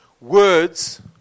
Words